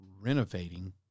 renovating